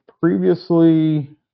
Previously